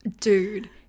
dude